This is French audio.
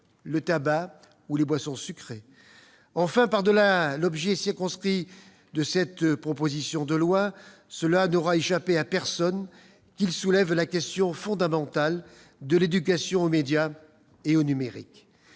le tabac ou les boissons sucrées. Enfin, par-delà l'objet circonscrit de cette proposition de loi, il n'aura échappé à personne que ce texte soulève la question fondamentale de l'éducation aux médias et au numérique.